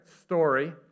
story